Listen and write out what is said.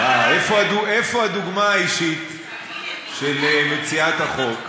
איפה הדוגמה האישית של מציעת החוק?